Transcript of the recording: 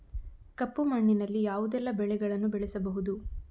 ಕಪ್ಪು ಮಣ್ಣಿನಲ್ಲಿ ಯಾವುದೆಲ್ಲ ಬೆಳೆಗಳನ್ನು ಬೆಳೆಸಬಹುದು?